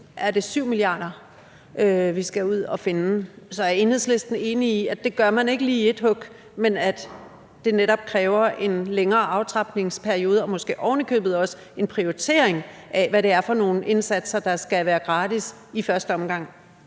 er det 7 mia. kr., vi skal ud at finde. Så er Enhedslisten enige i, at det gør man ikke lige i ét hug, men at det netop kræver en længere aftrapningsperiode og måske ovenikøbet også en prioritering af, hvad det er for nogle indsatser, der skal være gratis i første omgang?